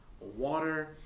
water